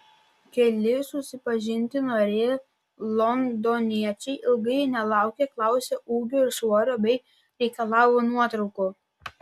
keli susipažinti norėję londoniečiai ilgai nelaukę klausė ūgio ir svorio bei reikalavo nuotraukų